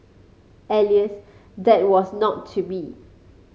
that was not to be